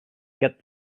get